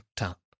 up